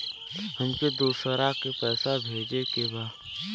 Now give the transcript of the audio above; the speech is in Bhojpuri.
हमके दोसरा के पैसा भेजे के बा?